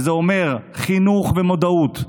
וזה אומר חינוך ומודעות.